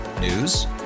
News